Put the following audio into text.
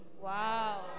Wow